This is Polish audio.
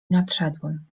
nadszedłem